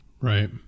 Right